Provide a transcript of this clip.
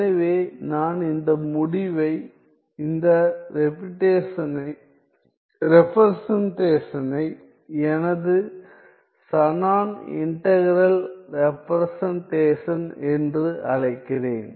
எனவே நான் இந்த முடிவை இந்த ரெபிரசென்டேஷனை எனது ஷானன் இன்டகிறல் ரெபிரசென்டேஷன் என்று அழைக்கிறேன்